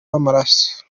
w’amaraso